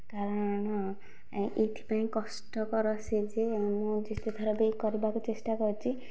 କାରଣ ଏଥିପାଇଁ କଷ୍ଟକର ସେ ଯେ ମୁଁ ଯେତେଥର ବି କରିବାକୁ ଚେଷ୍ଟା କରିଛି